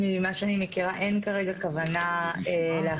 ממה שאני מכירה אין כרגע כוונה להרחיב